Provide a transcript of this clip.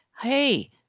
hey